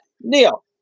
Neil